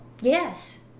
Yes